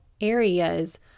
areas